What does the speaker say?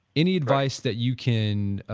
any advice that you can